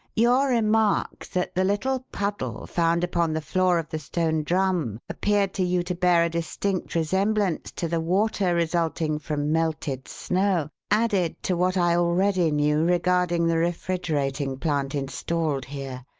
your remark that the little puddle found upon the floor of the stone drum appeared to you to bear a distinct resemblance to the water resulting from melted snow, added to what i already knew regarding the refrigerating plant installed here,